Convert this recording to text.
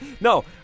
No